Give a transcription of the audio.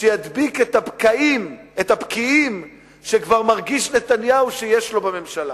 שידביק את הבקיעים שהוא כבר מרגיש שיש לו בממשלה.